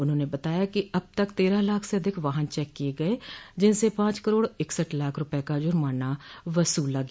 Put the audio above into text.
उन्होंने बताया कि अब तक तेरह लाख से अधिक वाहन चेक किये गये जिनसे पांच करोड़ इकसठ लाख रूपये का जूर्माना वसूला गया